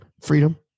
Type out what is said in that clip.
Freedom